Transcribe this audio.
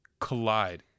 collide